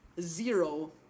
zero